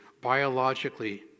biologically